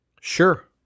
Sure